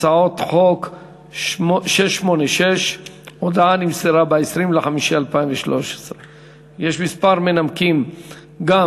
הצעת חוק 686. ההודעה נמסרה ב-20 במאי 2013. יש כמה מנמקים גם